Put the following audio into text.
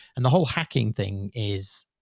and the whole hacking thing is.